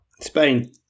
Spain